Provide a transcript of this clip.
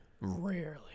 Rarely